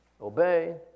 obey